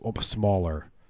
smaller